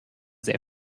sehr